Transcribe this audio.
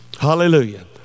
Hallelujah